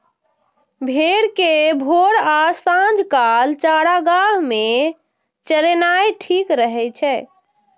भेड़ कें भोर आ सांझ काल चारागाह मे चरेनाय ठीक रहै छै